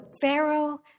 Pharaoh